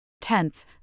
Tenth